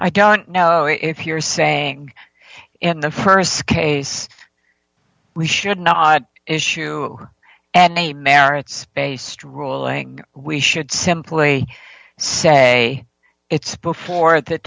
i don't know if you're saying in the st case we should not issue and the merits based ruling we should simply say it's before the